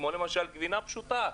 כמו למשל, גבינה פשוטה.